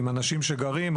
עם אנשים שגרים.